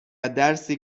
درسی